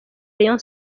rayon